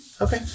Okay